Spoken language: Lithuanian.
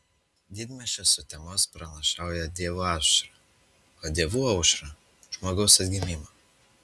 didmiesčio sutemos pranašauja dievų aušrą o dievų aušra žmogaus atgimimą